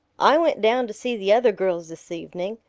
i went down to see the other girls this evening.